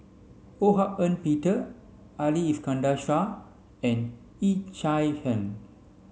Ho Hak Ean Peter Ali Iskandar Shah and Yee Chia Hsing